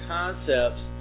concepts